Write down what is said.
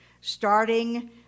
starting